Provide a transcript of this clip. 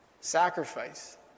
sacrifice